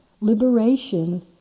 liberation